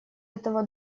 этого